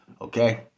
okay